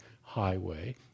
highway